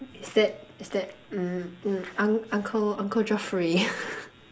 is that is that mm uncle uncle Geoffrey